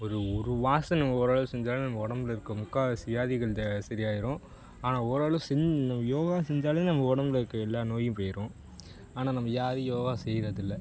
ஒரு ஒரு ஆசனம் ஓரளவுக்கு செஞ்சாலே நம்ம உடம்புல இருக்க முக்கால்வாசி வியாதிகள் வந்து சரியாயிடும் ஆனால் ஓரளவு செஞ் நம்ம யோகா செஞ்சாலே நம்ம உடம்புல இருக்க எல்லா நோயும் போயிடும் ஆனால் நம்ம யார் யோகா செய்கிறது இல்லை